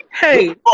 hey